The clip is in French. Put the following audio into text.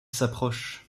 s’approche